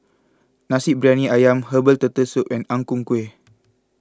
Nasi Briyani Ayam Herbal Turtle Soup and Ang Ku Kueh